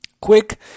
quick